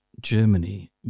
Germany